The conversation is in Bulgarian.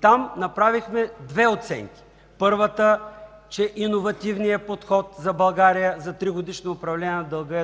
Там направихме две оценки. Първата – че иновативният подход за България, за тригодишно управление на дълга